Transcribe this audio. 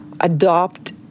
adopt